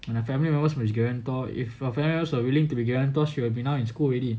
and our family members was his guarantor if her parents are willing to be her guarantor she will be now in school already